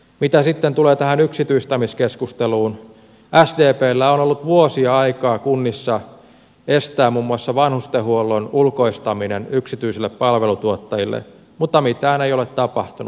mitä sitten tulee tähän yksityistämiskeskusteluun sdpllä on ollut vuosia aikaa kunnissa estää muun muassa vanhustenhuollon ulkoistaminen yksityisille palveluntuottajille mutta mitään ei ole tapahtunut